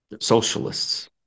socialists